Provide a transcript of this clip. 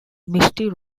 misty